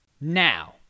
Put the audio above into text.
now